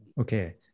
okay